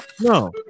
no